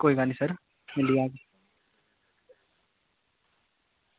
कोई गल्ल निं सर मिली जाह्ग